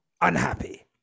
unhappy